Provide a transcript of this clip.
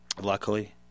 luckily